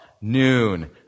Noon